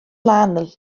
lan